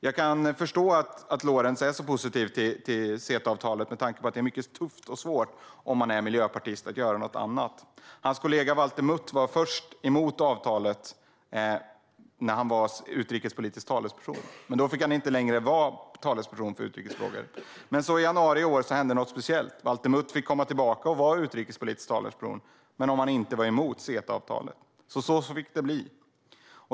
Jag kan förstå att Lorentz är så positiv till CETA-avtalet med tanke på att det som miljöpartist är mycket tufft och svårt att vara något annat. Hans kollega Valter Mutt var först emot avtalet när han var utrikespolitisk talesperson, men då fick han inte längre vara talesperson för utrikesfrågor. Men i januari i år hände något speciellt. Valter Mutt fick komma tillbaka som utrikespolitisk talesperson om han inte var emot CETA-avtalet, och så fick det bli.